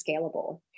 scalable